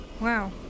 Wow